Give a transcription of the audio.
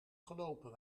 gelopen